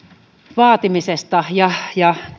vaatimiseksi ja ja